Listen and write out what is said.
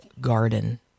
garden